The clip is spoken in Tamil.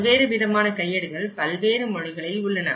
பல்வேறு விதமான கையேடுகள் பல்வேறு மொழிகளில் உள்ளன